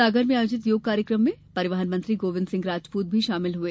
सागर में आयोजित योग कार्यक्रम र्मे परिवहन मंत्री गोविंद सिंह राजपूत भी शामिल हुए